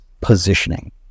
positioning